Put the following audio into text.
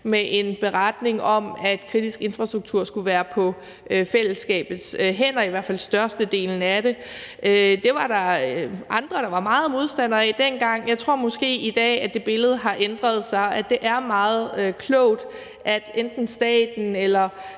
med en beretning om, at kritisk infrastruktur skulle være på fællesskabets hænder, i hvert fald størstedelen af det. Det var der andre der var meget modstandere af dengang. Jeg tror, at det billede har ændret sig i dag – at det er meget klogt, at enten staten eller